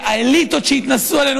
והאליטות שהתנשאו עלינו?